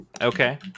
Okay